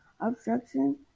obstruction